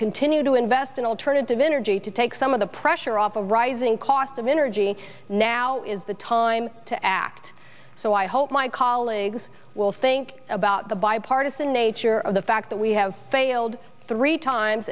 continue to invest in alternative energy to take some of the pressure off of rising cost of energy now is the time to act so i hope my colleagues will think about the bipartisan nature of the fact that we have failed three times